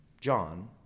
John